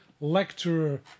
lecturer